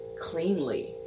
cleanly